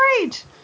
great